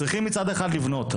צריכים מצד אחד לבנות,